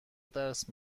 درس